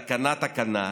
תקנה-תקנה,